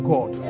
God